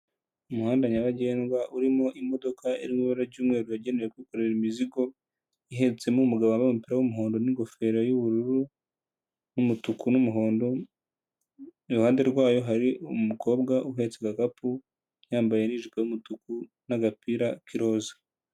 Umuhanda nyabagendwa urimo imodoka iri mu ibura ry'umweru yagenewe kwikorera imizigo, ihetsemo umugabo wambaye umupira w'umuhondo n'ingofero y'ubururu n'umutuku n'umuhondo, iruhande rwayo hari umukobwa uhetse agakapu, yambaye n'ijipo y'umutuku n'agapira k'iroza.